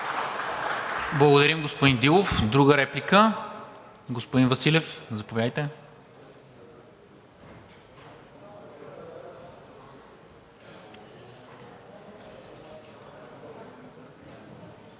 Благодаря, господин Дилов. Друга реплика? Господин Василев, заповядайте.